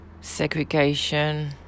segregation